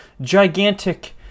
gigantic